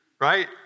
right